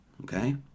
Okay